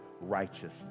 righteousness